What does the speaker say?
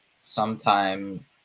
sometime